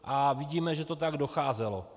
A vidíme, že to tak docházelo.